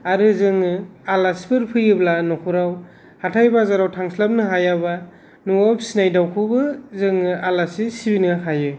आरो जोङो आलासिफोर फैयोब्ला न'खराव हाथाय बाजाराव थांस्लाबनो हायाब्ला न'आव फिसिनाय दाउखौबो जोङो आलासि सिबिनो हायो